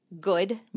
good